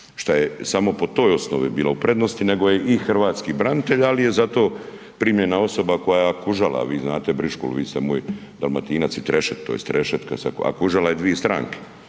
šta je samo po toj osnovi bila u prednosti nego je i hrvatski branitelj, ali je zato primljena osoba koja je kužala, a vi znate Brišku vi ste moj Dalmatinac i trešet, tj. trešetka a kužala je dvi stranke